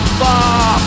far